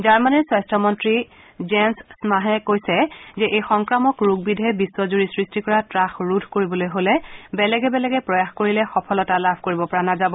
জাৰ্মানীৰ স্বাস্থ্য মন্ত্ৰী জেন্স স্পাহ্হে কৈছে যে এই সংক্ৰামক ৰোগ বিধে বিশ্বজুৰি সৃষ্টি কৰা ত্ৰাস ৰোধ কৰিবলৈ হলে বেলেগে বেলেগে প্ৰয়াস কৰিলে সফলতা লাভ কৰিব পৰা নহব